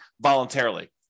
voluntarily